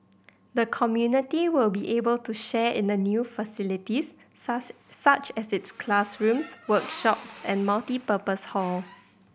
the community will be able to share in the new facilities such such as its classrooms workshops and multipurpose hall